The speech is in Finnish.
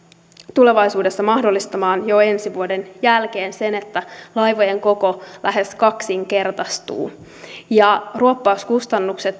tulevaisuudessa jo ensi vuoden jälkeen mahdollistamaan sen että laivojen koko lähes kaksinkertaistuu ruoppauskustannuksista